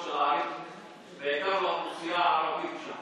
בעיקר לאוכלוסייה הערבית שם.